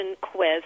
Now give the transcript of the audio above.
quiz